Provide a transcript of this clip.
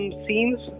scenes